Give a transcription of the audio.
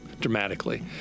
dramatically